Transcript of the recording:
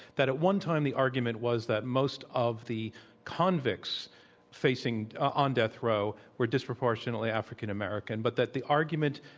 that at one time the argument was that most of the convicts facing on death row were disproportionately african american, but that the argument,